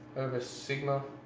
sigma.